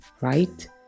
right